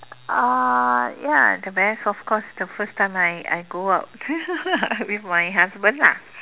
uh ya the best of course the first time I I go out with my husband lah